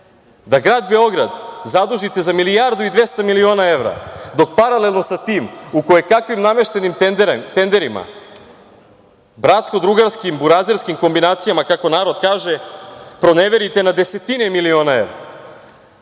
da grad Beograd zadužite za milijardu i 200 miliona evra dok paralelno sa tim, u kojekakvim nameštenim tenderima, bratsko, drugarskim, burazerskim kombinacijama, kako narod kaže, proneverite na desetine miliona evra?O